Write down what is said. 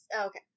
Okay